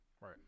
Right